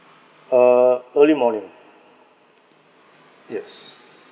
uh early morning yes